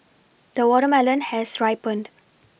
the watermelon has ripened